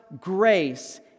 grace